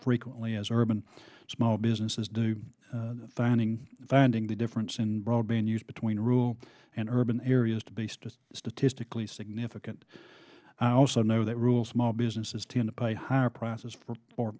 frequently as urban small businesses do finding finding the difference in broadband use between rule and urban areas to be statistically significant also know that rule small businesses tend to pay higher prices for